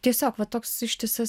tiesiog va toks ištisas